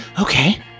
Okay